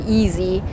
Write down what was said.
easy